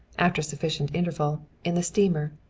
after sufficient interval, in the steamer.